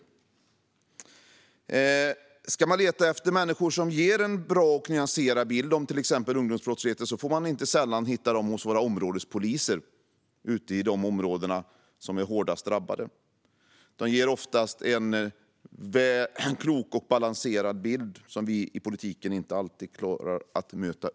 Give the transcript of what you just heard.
Om man ska leta efter människor som ger en bra och nyanserad bild av till exempel ungdomsbrottsligheten hittar man dem inte sällan hos våra områdespoliser i de hårdast drabbade områdena. De ger oftast en klok och balanserad bild som vi i politiken inte alltid klarar att möta.